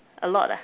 a lot